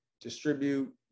distribute